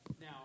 Now